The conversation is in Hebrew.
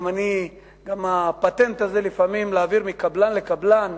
גם הפטנט הזה לפעמים להעביר מקבלן לקבלן,